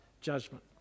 judgment